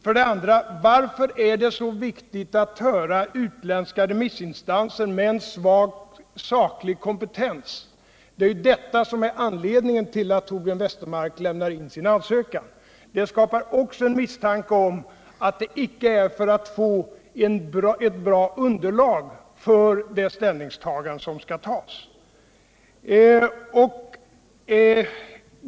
För det andra: Varför är det så viktigt att höra utländska remissinstanser med svag saklig kompetens? Det är ju detta som är anledningen till att Torbjörn Westermark lämnar in sin ansökan. Det skapar också en misstanke om att syftet icke är att få ett bra underlag för det inställningstagande som skall tas.